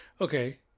Okay